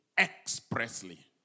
Expressly